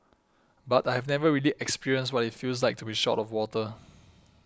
but I have never really experienced what it feels like to be short of water